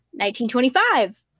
1925